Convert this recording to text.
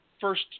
first